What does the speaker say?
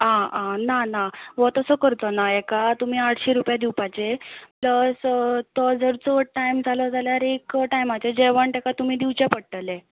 आं आं ना ना हो तसो करचो ना हेका तुमी आठशी रुपया दिवपाचे प्लस तो जर चड टायम जालो जाल्यार एक टायमाचें जेवण तुमी ताका दिवचें पडटलें